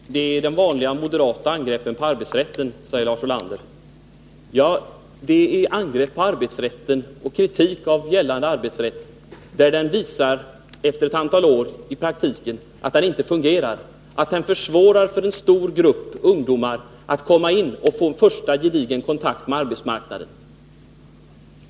Herr talman! Det är de vanliga moderata angreppen på arbetsrätten, säger Lars Ulander. Ja, det är angrepp på och kritik av gällande arbetsrätt på punkter där den efter ett antal år visar att den inte fungerar i praktiken, att den försvårar för en stor grupp ungdomar att få en första gedigen kontakt med arbetsmarknaden.